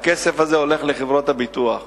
והכסף הזה הולך לחברות הביטוח.